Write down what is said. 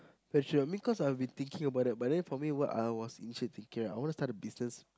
I should have admit cause I've been thinking about that but then what I'm actually thinking right is I wanna start a business